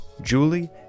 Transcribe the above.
julie